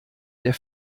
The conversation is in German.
der